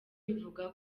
bivuga